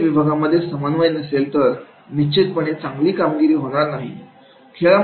प्रत्येक विभागामध्ये समन्वय नसेल तर निश्चितपणे चांगली कामगिरी होणार नाही